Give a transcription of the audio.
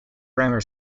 grammar